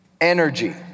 Energy